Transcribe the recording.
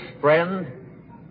friend